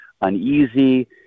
uneasy